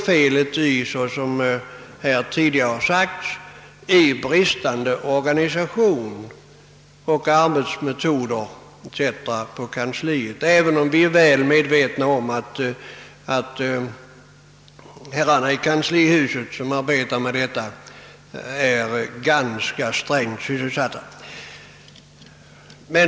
Felet ligger — såsom här tidigare har sagts — i bristande organisation, mindre lämpliga arbetsmetoder o. s. v. i Kungl. Maj:ts kansli — även om vi är väl medvetna om att herrarna i kanslihuset som arbetar med dessa ting är ganska strängt sysselsatta.